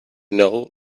know